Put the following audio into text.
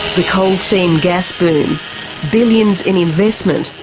the coal seam gas boom billions in investment,